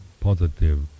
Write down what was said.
positive